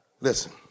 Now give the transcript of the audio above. listen